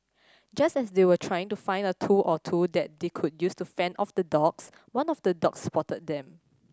just as they were trying to find a tool or two that they could use to fend off the dogs one of the dogs spotted them